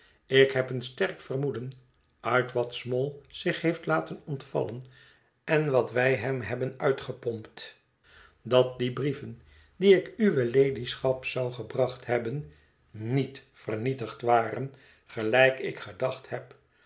ik héb een sterk vermoeden uit wat small zich heeft laten ontvallen en wat wij hem hebben uitgepompt dat die brieven die ik uwe ladyschap zou gebracht hebben niet vernietigd waren gelijk ik gedacht heb